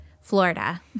Florida